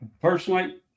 personally